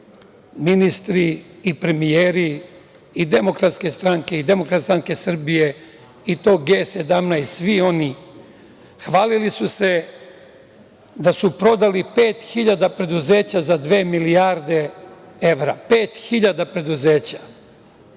ministri i premijeri i Demokratske stranke i Demokratske stranke Srbije i to G17, svi oni, hvalili su se da su prodali 5.000 preduzeća za 2.000.000.000 evra. Pet hiljada preduzeća! Samo